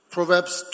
Proverbs